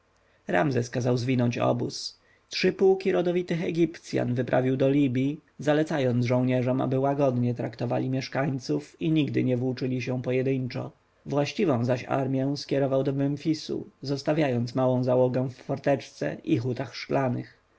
powiek ramzes kazał zwinąć obóz trzy pułki rodowitych egipcjan wyprawił do libji zalecając żołnierzom aby łagodnie traktowali mieszkańców i nigdy nie włóczyli się pojedyńczo właściwą zaś armję skierował do memfisu zostawiając małą załogę w forteczce